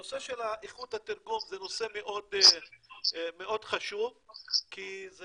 הנושא של איכות התרגום זה נושא מאוד חשוב כי זה